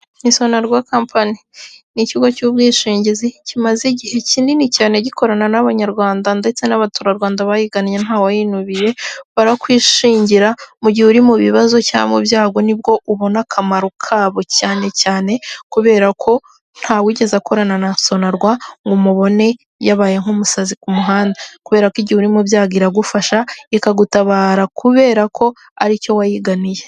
Ni sonerwa kampani ni ikigo cy'ubwishingizi kimaze igihe kinini cyane gikorana n'abanyarwanda ndetse n'abaturarwanda bayigannye ntawayinubiye barakwishingira mu gihe uri mu bibazo cyangwa mu byago nibwo ubona akamaro kabo cyane cyane kubera ko nta wigeze akorana na sonerwa ngo umubone yabaye nk'umusazi ku muhanda kubera ko igihe urimo byago iragufasha ikagutabara kubera ko aricyo wayiganiye.